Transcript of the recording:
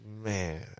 Man